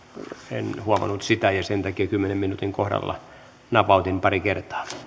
en huomannut sitä ja sen takia kymmenen minuutin kohdalla napautin pari kertaa